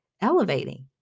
elevating